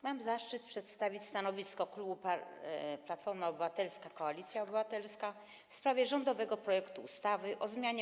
Mam zaszczyt przedstawić stanowisko klubu Platforma Obywatelska - Koalicja Obywatelska w sprawie rządowego projektu ustawy o zmianie